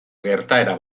gertaera